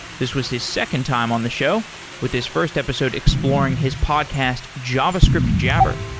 this was his second time on the show with his first episode exploring his podcast javascript jabber.